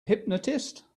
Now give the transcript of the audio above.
hypnotist